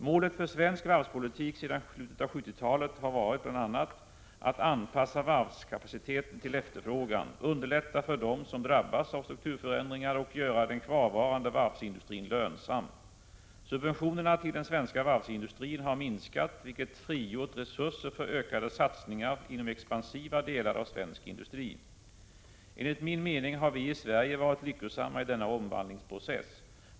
Målet för svensk varvspolitik sedan slutet av 1970-talet har varit bl.a. att anpassa varvskapaciteten till efterfrågan, underlätta för dem som drabbas av strukturförändringar och göra den kvarvarande varvsindustrin lönsam. Subventionerna till den svenska varvsindustrin har minskat vilket frigjort resurser för ökade satsningar inom expansiva delar av svensk industri. Enligt min mening har vi i Sverige varit lyckosamma i denna omvandlingsprocess.